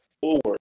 forward